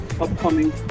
upcoming